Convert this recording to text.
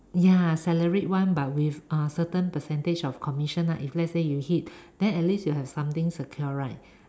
ya salaried one but with uh certain percentage of commission lah if let's say you hit then at least you have something secure right